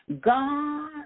God